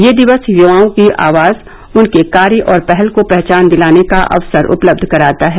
यह दिवस युवाओं की आवाज उनके कार्य और पहल को पहचान दिलाने का अवसर उपलब्ध कराता है